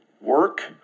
work